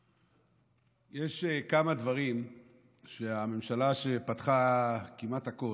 יש כמה דברים שהממשלה, שפתחה כמעט הכול,